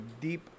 Deep